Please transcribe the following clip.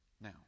Now